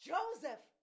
Joseph